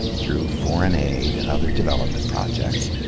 through foreign aid and other development projects,